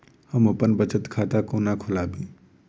हम बचत खाता कोना खोलाबी?